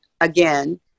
again